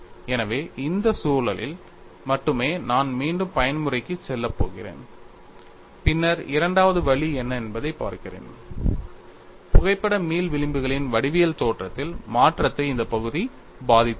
எனவே அந்த சூழலில் மட்டுமே நான் மீண்டும் பயன்முறைக்குச் செல்லப் போகிறேன் பின்னர் இரண்டாவது வழி என்ன என்பதைப் பார்க்கிறேன் புகைப்பட மீள் விளிம்புகளின் வடிவியல் தோற்றத்தில் மாற்றத்தை இந்த பகுதி பாதித்துள்ளது